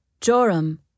Joram